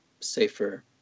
safer